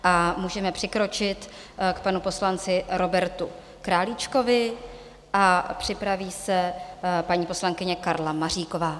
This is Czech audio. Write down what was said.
A můžeme přikročit k panu poslanci Robertu Králíčkovi a připraví se paní poslankyně Karla Maříková.